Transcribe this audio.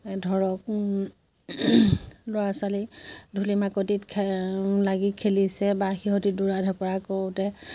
ধৰক ল'ৰা ছোৱালী ধূলি মাকতি লাগি খেলিছে বা সিহঁতি দৌৰাধপৰা কৰোঁতে